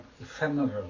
ephemeral